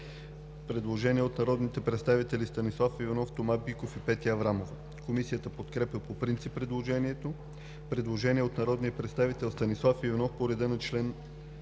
предложение от народните представители Станислав Иванов, Тома Биков и Петя Аврамова. Комисията подкрепя по принцип предложението. Предложение от народния представител Станислав Иванов по реда на чл.